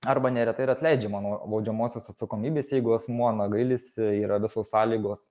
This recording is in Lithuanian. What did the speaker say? arba neretai yra atleidžiama nuo baudžiamosios atsakomybės jeigu asmuo na gailisi yra visos sąlygos